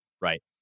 right